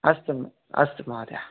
अस्तु अस्तु महोदय